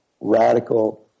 radical